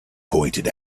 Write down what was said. pointed